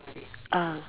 ah